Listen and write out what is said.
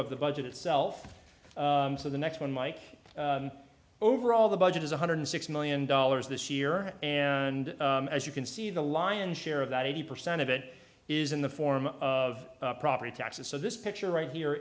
of the budget itself so the next one mike overall the budget is one hundred six million dollars this year and as you can see the lion's share of that eighty percent of it is in the form of property taxes so this picture right here